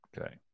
okay